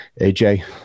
aj